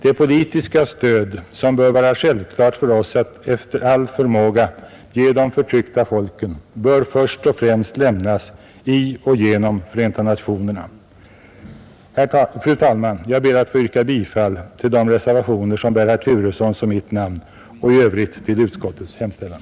Det politiska stöd som bör vara självklart för oss att efter all förmåga ge de förtryckta folken bör först och främst lämnas i och genom Förenta nationerna. Fru talman! Jag ber att få yrka bifall till de reservationer som bär herr Turessons och mitt namn, och i övrigt yrkar jag bifall till utskottets hemställan.